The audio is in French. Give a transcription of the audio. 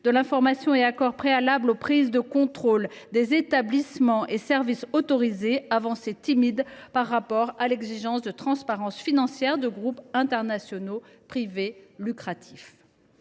de l’information et de l’accord préalable aux prises de contrôle des établissements et services autorisés, avancées timides au regard de l’exigence de transparence financière de groupes internationaux privés à but lucratif.